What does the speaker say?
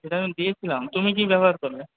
সেটা আমি দিয়েছিলাম তুমি কী ব্যবহার করলে